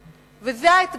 זה האתגר שלנו.